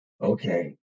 okay